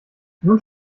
nun